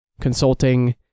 consulting